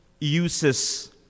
uses